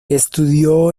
estudió